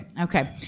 Okay